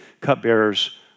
cupbearers